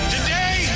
Today